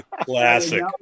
Classic